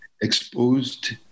exposed